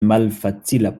malfacila